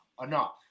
Enough